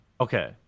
Okay